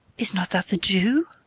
is not that the jew?